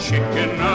Chicken